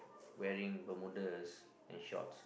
wearing Bermudas and shorts